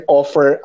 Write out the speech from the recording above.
offer